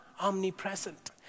omnipresent